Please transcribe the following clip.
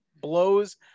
blows